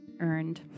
earned